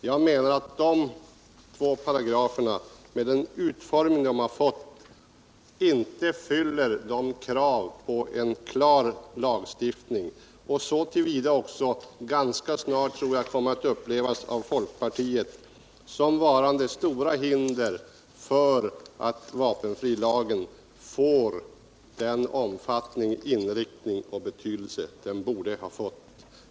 Jag menar att dessa båda paragrafer med den utformning de fått inte uppfyller kraven på en klar lagstiftning, och att de således ganska snart kommer att upplevas av folkpartiet som stora hinder när det gäller att ge vapenfrilagen den omfattning, inriktning och betydelse som den borde ha.